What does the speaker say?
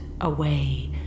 away